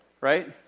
Right